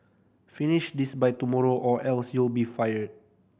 finish this by tomorrow or else you'll be fired